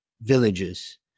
villages